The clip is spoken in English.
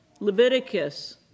Leviticus